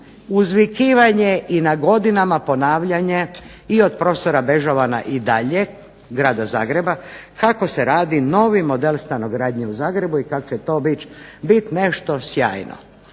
uzvikivanje i na godinama ponavljanje i od prof. Bežovana i dalje grada Zagreba kako se radi novi model stanogradnje u Zagrebu i kak' će to bit nešto sjajno.